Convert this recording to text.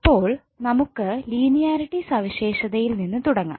അപ്പോൾ നമുക്ക് ലീനിയാരിറ്റി സവിശേഷതയിൽ നിന്ന് തുടങ്ങാം